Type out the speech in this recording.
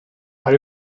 are